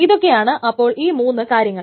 ഇതൊക്കെയാണ് അപ്പോൾ ആ മൂന്ന് കാര്യങ്ങൾ